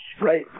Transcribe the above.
Right